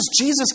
Jesus